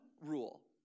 rule